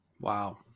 wow